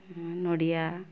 ନଡ଼ିଆ